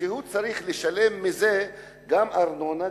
כשהוא צריך לשלם מתוך זה גם ארנונה,